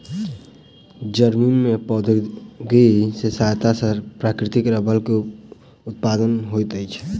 Germany में प्रौद्योगिकी के सहायता सॅ प्राकृतिक रबड़ के उत्पादन होइत अछि